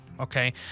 okay